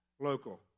local